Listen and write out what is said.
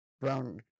brown